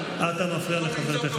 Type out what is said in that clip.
ואחותי הבכורה לא יכלה לשאת את זה,